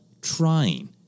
trying